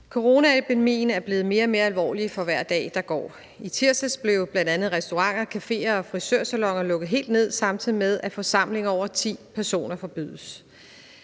Coronaepidemien er blevet mere og mere alvorlig, for hver dag der er gået. I tirsdags blev bl.a. restauranter, caféer og frisørsaloner lukket helt ned, samtidig med at forsamlinger på over 10 personer forbydes.